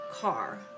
car